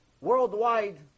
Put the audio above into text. worldwide